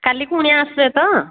କାଲି କୁଣିଆ ଆସିବେ ତ